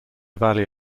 valley